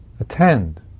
attend